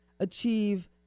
achieve